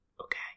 okay